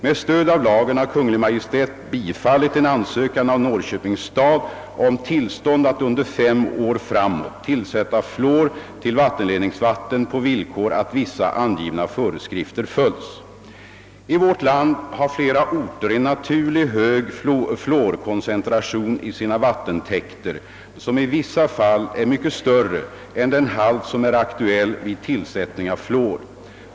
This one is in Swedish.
Med stöd av lagen har Kungl. Maj:t bifallit en ansökan av Norrköpings stad om tillstånd att under fem år framåt tillsätta fluor till vattenledningsvatten på villkor att vissa angivna föreskrifter följs. I vårt land har flera orter en naturligt hög fluorkoncentration i sina vattentäkter som i vissa fall är mycket större än den halt som är aktuell vid tillsättning av fluor.